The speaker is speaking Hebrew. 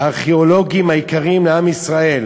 הארכיאולוגיים היקרים לעם ישראל,